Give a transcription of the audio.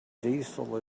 diesel